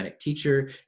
teacher